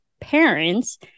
parents